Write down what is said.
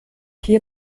hier